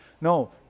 No